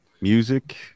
music